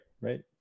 right